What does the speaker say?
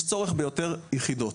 יש צורך ביותר יחידות.